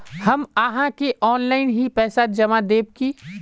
हम आहाँ के ऑनलाइन ही पैसा जमा देब की?